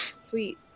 Sweet